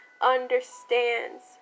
understands